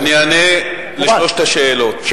אני אענה על שלוש השאלות.